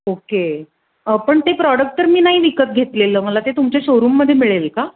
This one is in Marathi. ओके पण ते प्रॉडक्ट तर मी नाही विकत घेतलं मला ते तुमच्या शो रूममधे मिळेल का